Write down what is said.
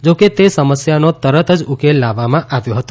જોકે તે સમસ્યાનો તરત જ ઉકેલ લાવવામાં આવ્યો હતો